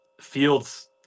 Fields